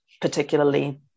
particularly